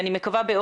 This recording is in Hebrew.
אני מקווה,